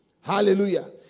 Hallelujah